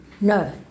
No